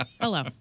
Hello